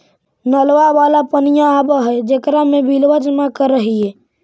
नलवा वाला पनिया आव है जेकरो मे बिलवा जमा करहिऐ?